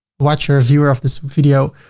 watcher, viewer of this video,